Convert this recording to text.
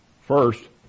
First